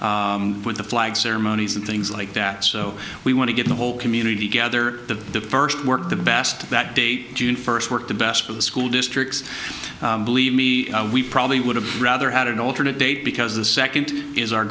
with the flag ceremonies and things like that so we want to get the whole community gather the first work the best that date june first worked the best for the school districts believe me we probably would have rather had an alternate date because the second is our